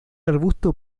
arbusto